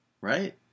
right